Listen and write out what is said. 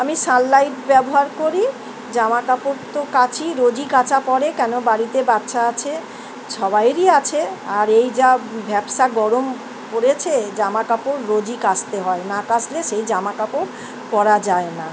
আমি সানলাইট ব্যবহার করি জামাকাপড় তো কাচই রোজই কাচা পরে কেন বাড়িতে বাচ্চা আছে সবারই আছে আর এই যা ভ্যাপসা গরম পড়েছে জামাকাপড় রোজই কাচতে হয় না কাচলে সেই জামাকাপড় পরা যায় না